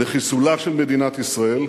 לחיסולה של מדינת ישראל